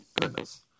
goodness